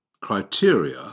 criteria